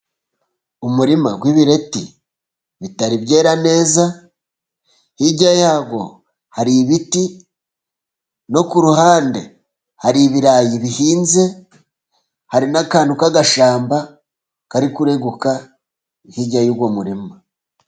Umurima w'ibireti bitari byera neza hirya yawo hari ibiti no ku ruhande hari ibirayi bihinze hari n'akantu k'agashamba kari kureguka hirya y'uwo muma.